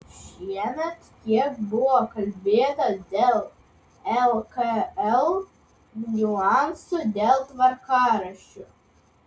šiemet kiek buvo kalbėta dėl lkl niuansų dėl tvarkaraščių